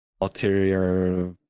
ulterior